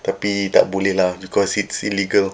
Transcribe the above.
tapi tak boleh lah because it's illegal